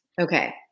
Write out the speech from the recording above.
Okay